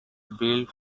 built